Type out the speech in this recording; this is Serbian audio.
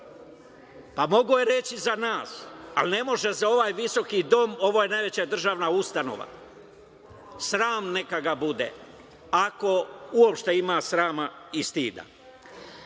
Mogao je to reći za nas, ali ne može za ovaj visoki dom, ovo je najveća državna ustanova. Sram neka ga bude, ako uopšte ima srama i stida. Šta